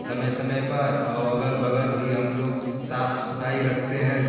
समय समय पर और अगल बग़ल भी हम लोग साफ़ सफ़ाई रखते हैं